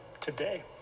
today